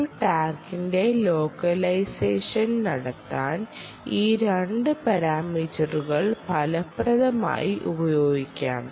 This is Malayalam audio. ഒരു ടാഗിന്റെ ലോക്കലൈസേഷൻ നടത്താൻ ഈ 2 പാരാമീറ്ററുകൾ ഫലപ്രദമായി ഉപയോഗിക്കാം